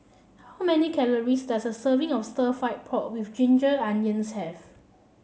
how many calories does a serving of stir fry pork with Ginger Onions have